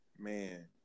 Man